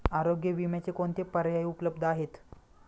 आरोग्य विम्याचे कोणते पर्याय उपलब्ध आहेत?